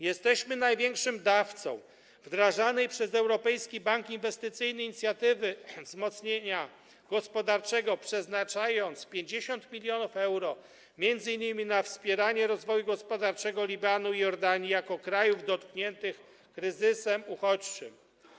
Jesteśmy największym dawcą wdrażanej przez Europejski Bank Inwestycyjny inicjatywy wzmocnienia gospodarczego, przeznaczając 50 mln euro m.in. na wspieranie rozwoju gospodarczego Libanu i Jordanii jako krajów dotkniętych kryzysem uchodźczym.